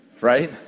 right